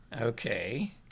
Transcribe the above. Okay